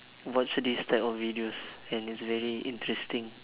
watch this type of videos and it's very interesting